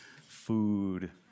food